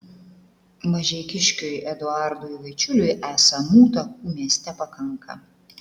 mažeikiškiui eduardui vaičiuliui esamų takų mieste pakanka